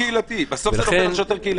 בסוף זה נופל על שוטר קהילתי.